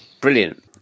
brilliant